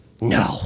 No